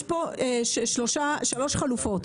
יש פה שלוש חלופות